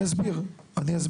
אני אסביר.